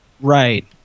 Right